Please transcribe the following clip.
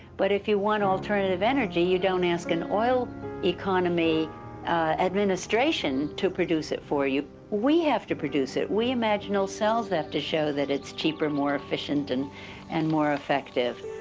but if you want alternative energy you don't ask an oil economy administration to produce it for you. we have to produce it. we imaginal cells have to show that it's cheaper, more efficient, and and more effective.